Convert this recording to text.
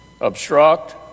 obstruct